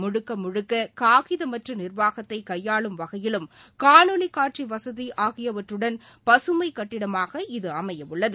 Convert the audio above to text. முழுக்க முழுக்க முழுக்க காகிதமற்ற நிர்வாகத்தை கையாளும் வகையிலும் காணொளிக் காட்சி வசதி ஆகியவற்றுடன் பசுமைக் கட்டிடமாக இது அமையவுள்ளது